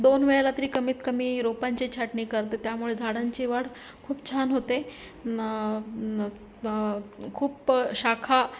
दोन वेळेला तरी कमीत कमी रोपांची छाटणी करते त्यामुळे झाडांची वाढ खूप छान होते खूप शाखा